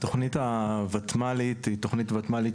התוכנית הותמ"לית היא תוכנית ותמ"לית